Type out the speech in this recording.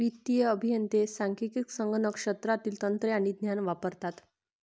वित्तीय अभियंते सांख्यिकी, संगणक शास्त्रातील तंत्रे आणि ज्ञान वापरतात